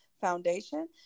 Foundation